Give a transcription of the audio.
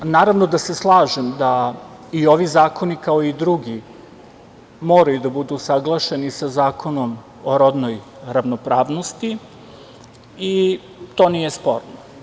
Naravno da se slažem da i ovi zakoni, kao i drugi, moraju da budu usaglašeni sa Zakonom o rodnoj ravnopravnosti i to nije sporno.